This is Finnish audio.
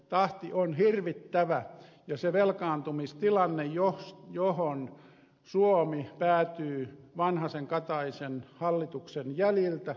tahti on hirvittävä ja se velkaantumistilanne johon suomi päätyy vanhasenkataisen hallituksen jäljiltä on huikea